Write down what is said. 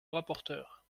rapporteur